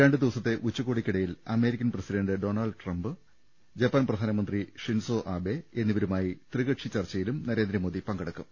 രണ്ടു ദിവസത്തെ ഉച്ചകോടിയ്ക്കിട യിൽ American president Donald Trump Japan പ്രധാനമന്ത്രി ഷിൻസോ ആബെ എന്നിവരുമായി ത്രികക്ഷി ചർച്ചയിലും നരേന്ദ്രമോദി പങ്കെടുക്കും